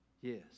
Yes